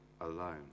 alone